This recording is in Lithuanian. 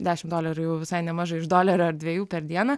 dešimt dolerių jau visai nemažai iš dolerio ar dviejų per dieną